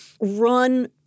run